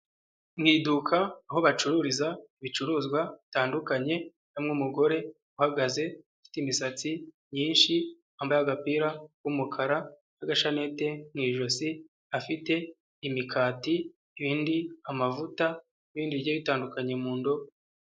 Mu iduka aho bacururiza ibicuruzwa bitandukanye harimo umugore uhagaze ufite imisatsi myinshi wambaye agapira k'umukara n'agashanete mu ijosi afite imikati, ibindi amavuta n'ibindi bigiye bitandukanye mu ndobo.